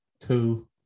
two